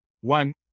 One